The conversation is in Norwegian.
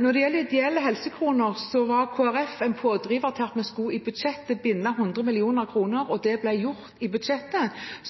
Når det gjelder ideelle helsekroner, var Kristelig Folkeparti en pådriver for at vi i budsjettet skulle binde 100 mill. kr, og det ble gjort,